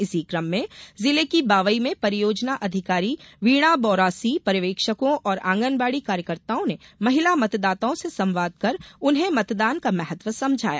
इसी कम में जिले की बावई में परियोजना अधिकारी वीणा बौरासी पर्यवेक्षकों और आंगनबाड़ी कार्यकर्ताओं ने महिला मतदाताओं से संवाद कर उन्हें मतदान का महत्व समझाया